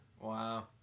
Wow